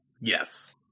Yes